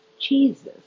Jesus